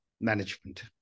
Management